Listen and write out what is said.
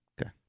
Okay